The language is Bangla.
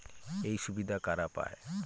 এই সুবিধা কারা পায়?